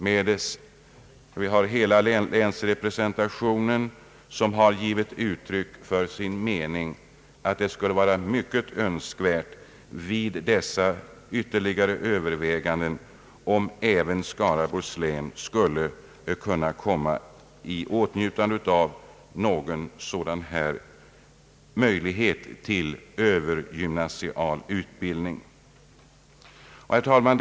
Hela länsrepresentationen har givit uttryck åt den meningen att det är önskvärt att även Skaraborgs län vid dessa ytterligare överväganden skulle kunna få en sådan här möjlighet till eftergymnasial utbildning. Herr talman!